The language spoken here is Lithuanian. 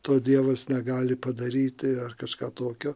to dievas negali padaryti ar kažką tokio